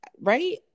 right